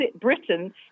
Britain